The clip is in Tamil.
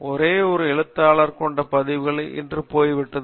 ஒரே ஒரு எழுத்தாளர் கொண்ட பதிவுகள் இன்று போய்விட்டது